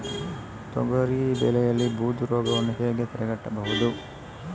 ತೊಗರಿ ಬೆಳೆಯಲ್ಲಿ ಬೂದು ರೋಗವನ್ನು ಹೇಗೆ ತಡೆಗಟ್ಟಬಹುದು?